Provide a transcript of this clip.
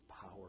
power